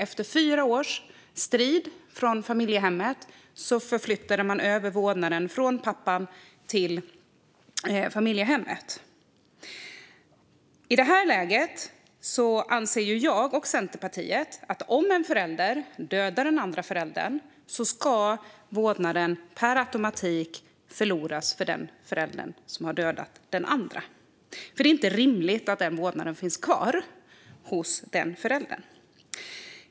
Efter fyra års strid från familjehemmet flyttades vårdnaden över från pappan till familjehemmet. Jag och Centerpartiet anser att en förälder som dödar den andra föräldern per automatik ska förlora vårdnaden. Det är inte rimligt att den föräldern får behålla vårdnaden.